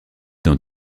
dans